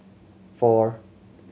four